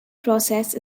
process